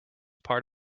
part